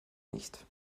nicht